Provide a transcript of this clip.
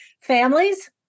families